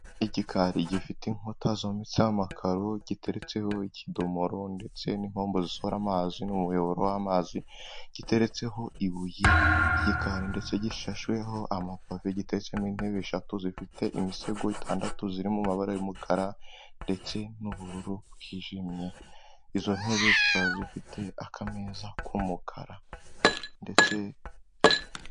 Igikari gifite inkuta zometseho amakaro, giteretseho ikidomoro ndetse n'inkombo zisohora amazi n'umuyoboro w'amazi, giteretseho ibuye ry'igikari ndetse gishashweho amapave, giteretseho intebe eshatu zifite imisego itandatu, zirimo mu mabara y'umukara ndetse n'ubururu bwijimye, izo ntebe zikaba zifite akameza k'umukara ndetse.